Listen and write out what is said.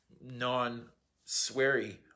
non-sweary